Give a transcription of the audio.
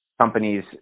Companies